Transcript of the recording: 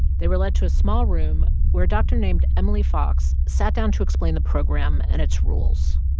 they were led to a small room where a doctor named emily fox sat down to explain the program and its rules.